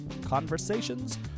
Conversations